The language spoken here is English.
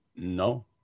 No